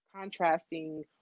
contrasting